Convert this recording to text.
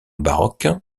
baroque